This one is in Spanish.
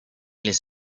les